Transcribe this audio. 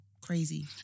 crazy